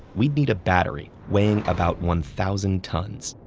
we'd need a battery weighing about one thousand tons.